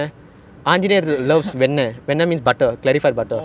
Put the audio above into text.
or the ghee is it not ghee orh